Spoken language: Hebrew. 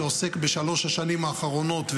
שעוסק בשלוש השנים האחרונות,